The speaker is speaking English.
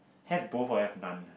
have both or have none